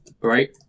right